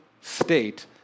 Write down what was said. state